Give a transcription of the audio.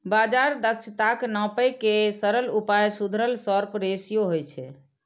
बाजार दक्षताक नापै के सरल उपाय सुधरल शार्प रेसियो होइ छै